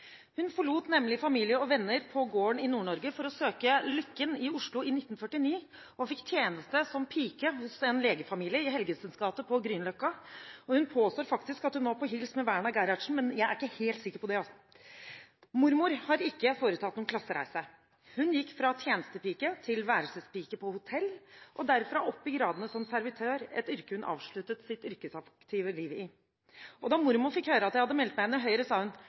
Hun forlot familie og venner på gården i Nord-Norge for å søke lykken i Oslo i 1949, og fikk tjeneste som pike hos en legefamilie i Helgesens gate på Grünerløkka. Hun påstår faktisk at hun var på hils med Werna Gerhardsen, men jeg er ikke helt sikker på det, altså. Mormor har ikke foretatt noen klassereise. Hun gikk fra å være tjenestepike til å være værelsespike på hotell, og derfra gikk hun oppover i gradene som servitør, et yrke hun avsluttet sitt yrkesaktive liv i. Da mormor fikk høre at jeg hadde meldt meg inn i Høyre,